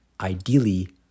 ideally